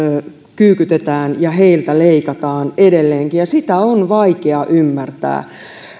kyykytetään ja heiltä leikataan edelleenkin ja sitä on vaikea ymmärtää